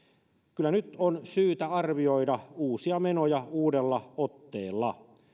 kyllä nyt on syytä arvioida uusia menoja uudella otteella